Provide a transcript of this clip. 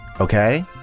Okay